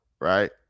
right